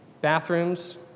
Bathrooms